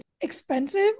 expensive